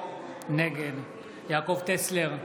נגד יעקב טסלר,